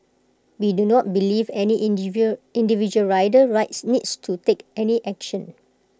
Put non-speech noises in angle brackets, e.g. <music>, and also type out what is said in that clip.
we do not believe any <unintelligible> individual rider <unintelligible> needs to take any action